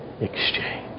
exchange